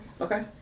Okay